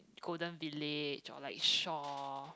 Golden-Village of like Shaw